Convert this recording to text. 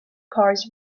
cars